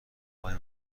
آقای